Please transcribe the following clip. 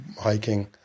hiking